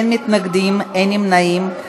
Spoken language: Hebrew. אין מתנגדים, אין נמנעים.